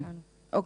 אוקיי.